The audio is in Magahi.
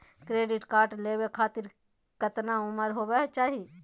क्रेडिट कार्ड लेवे खातीर कतना उम्र होवे चाही?